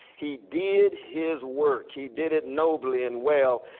he did his work. he did it nobly and well,